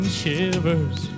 shivers